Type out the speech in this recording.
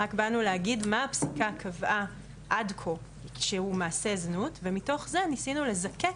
רק באנו להגיד מה הפסיקה קבעה עד כה שהוא מעשה זנות ומתוך זה ניסינו לזקק